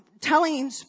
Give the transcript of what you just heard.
telling